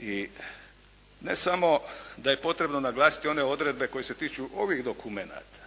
I ne samo da je potrebno naglasiti one odredbe koje se tiču ovih dokumenata